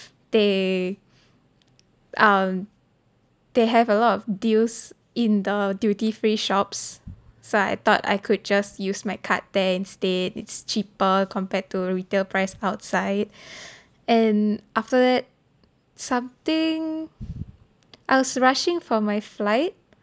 they uh they have a lot of deals in the duty free shops so I thought I could just use my card and there instead it's cheaper compared to retail price outside and after that something I was rushing for my flight